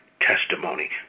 testimony